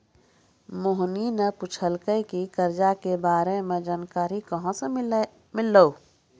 मोहिनी ने पूछलकै की करजा के बारे मे जानकारी कहाँ से मिल्हौं